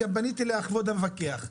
גם פניתי לכבוד המפקח,